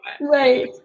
Right